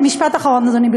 אדוני,